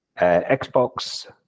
Xbox